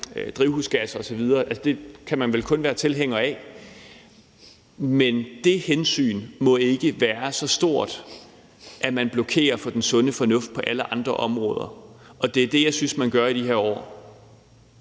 drivhusgasser osv. Det kan man vel kun være tilhænger af. Men det hensyn må ikke være så stort, at man blokerer for den sunde fornuft på alle andre områder, og det er det, jeg synes man gør i de her år.